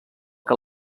que